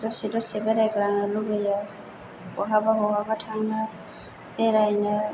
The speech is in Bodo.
दसे दसे बेरायग्लांनो लुबैयो बहाबा बहाबा थांनो बेरायनो